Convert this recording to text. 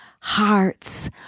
hearts